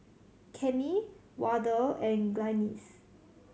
Kenny Wardell and Glynis